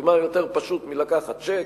כי מה יותר פשוט מלקחת צ'ק,